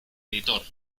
editor